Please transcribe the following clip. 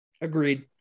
Agreed